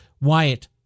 Wyatt